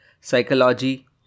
psychology